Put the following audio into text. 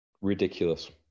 Ridiculous